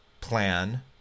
plan